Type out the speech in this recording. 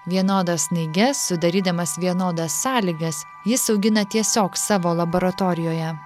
vienodas snaiges sudarydamas vienodas sąlygas jis augina tiesiog savo laboratorijoje